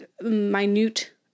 minute